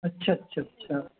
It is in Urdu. اچھا اچھا اچھا